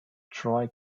troy